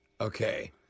okay